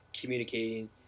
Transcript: communicating